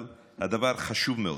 אבל הדבר חשוב מאוד.